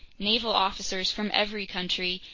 naval officers from every country,